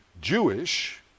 Jewish